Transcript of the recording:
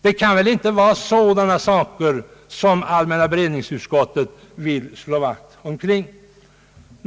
Det kan väl inte vara sådana saker som allmänna beredningsutskottet vill slå vakt omkring.